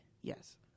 Yes